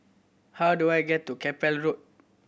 how do I get to Keppel Road